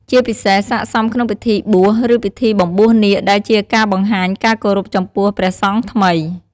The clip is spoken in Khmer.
ជាពិសេស ស័ក្តិសមក្នុងពិធីបួស ឬ ពិធីបំបួសនាគ ដែលជាការបង្ហាញការគោរពចំពោះព្រះសង្ឃថ្មី។